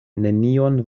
nenion